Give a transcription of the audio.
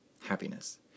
Happiness